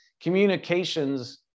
communications